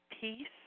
peace